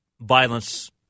violence